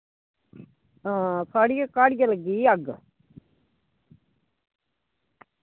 आं साढ़ी कहाड़ियै लग्गी दी अग्ग